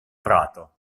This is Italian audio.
prato